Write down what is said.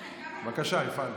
בבקשה, הפעלתי.